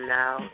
now